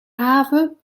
haven